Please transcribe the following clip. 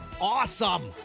awesome